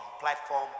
Platform